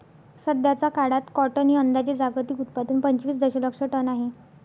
सध्याचा काळात कॉटन हे अंदाजे जागतिक उत्पादन पंचवीस दशलक्ष टन आहे